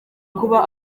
kuba